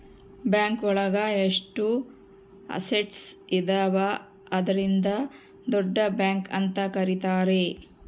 bank ಒಳಗ ಎಷ್ಟು assets ಇದಾವ ಅದ್ರಿಂದ ದೊಡ್ಡ ಬ್ಯಾಂಕ್ ಅಂತ ಕರೀತಾರೆ